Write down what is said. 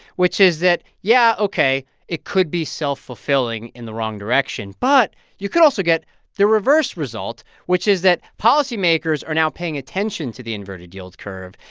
which is that, yeah, ok, it could be self-fulfilling in the wrong direction, but you could also get the reverse result, which is that policymakers are now paying attention to the inverted yield curve,